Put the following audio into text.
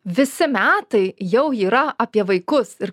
visi metai jau yra apie vaikus ir